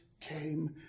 came